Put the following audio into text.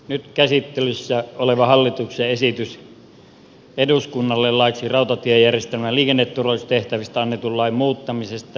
nyt käsittelyssä on hallituksen esitys eduskunnalle laiksi rautatiejärjestelmän liikenneturvallisuustehtävistä annetun lain muuttamisesta